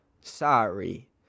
sorry